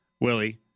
Willie